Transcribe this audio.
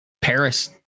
Paris